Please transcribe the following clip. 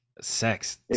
sex